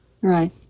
Right